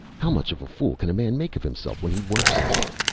how much of a fool can a man make of himself when he works at it?